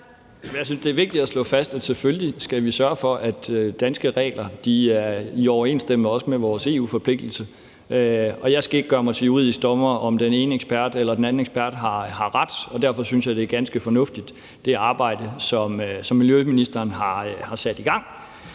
Jeg synes, det er vigtigt at slå fast, at selvfølgelig skal vi sørge for, at danske regler også er i overensstemmelse med vores EU-forpligtelser. Jeg skal ikke gøre mig til juridisk dommer over, om den ene ekspert eller den anden ekspert har ret, og derfor synes jeg, det arbejde, som miljøministeren har sat i gang,